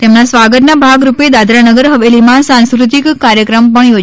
તેમના સ્વાગતના ભાગરૂપે દાદરા નગર હવેલીમાં સાંસ્કૃતિક કાર્યક્રમ પણ યોજાશે